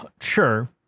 Sure